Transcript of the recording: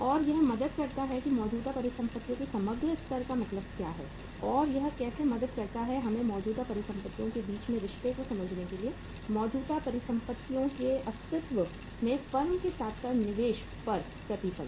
और यह मदद करता है कि मौजूदा परिसंपत्तियों के समग्र स्तर का मतलब क्या है और यह कैसे मदद करता है हमें मौजूदा परिसंपत्तियों के बीच के रिश्ते को समझने के लिए मौजूदा परिसंपत्तियों के अस्तित्व में फर्म के साथ साथ निवेश पर प्रतिफल